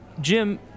Jim